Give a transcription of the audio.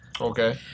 Okay